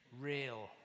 real